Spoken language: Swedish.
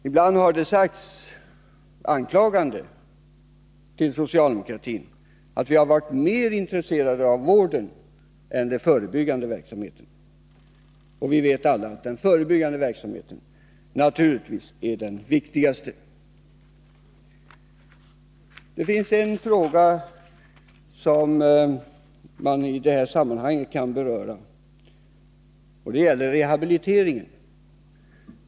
Ibland har vi inom socialdemokratin anklagats för att vara mer intresserade av vården än av den förebyggande verksamheten, men alla vet vi att den förebyggande verksamheten naturligtvis är den viktigaste. En fråga som man i det här sammanhanget kan beröra är frågan om rehabiliteringen.